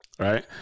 Right